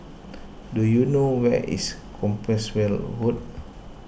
do you know where is Compassvale Road